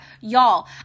Y'all